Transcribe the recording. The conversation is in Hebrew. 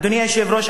אדוני היושב-ראש,